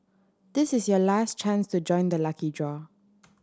this is your last chance to join the lucky draw